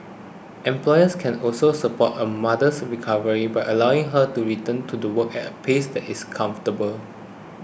employers can also support a mother's recovery by allowing her to return to do work at a pace that is comfortable